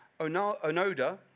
Onoda